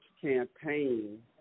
campaign